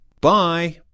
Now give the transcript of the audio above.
Bye